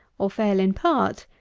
or fail in part,